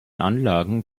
anlagen